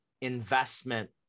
investment